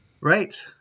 Right